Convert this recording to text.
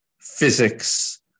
physics